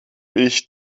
ich